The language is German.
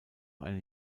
eine